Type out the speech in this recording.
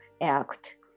Act